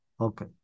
Okay